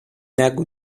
نگو